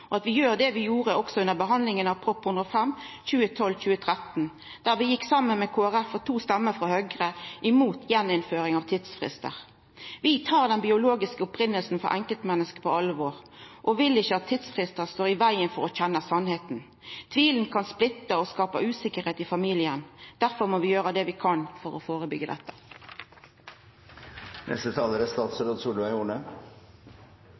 og at vi gjer det vi gjorde også under behandlinga av Prop. 105 L for 2012–2013, der vi saman med Kristeleg Folkeparti og med to røyster frå Høgre gjekk mot ei gjeninnføring av tidsfristar. Vi tar det biologiske opphavet til enkeltmenneske på alvor og vil ikkje at tidsfristar skal stå i vegen for å kjenna sanninga. Tvilen kan splitta og skapa usikkerheit i familien. Difor må vi gjera det vi kan for å